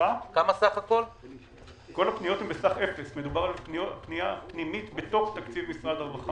כל הפניות הן בסך 0. מדובר על פנייה פנימית בתוך תקציב משרד הרווחה.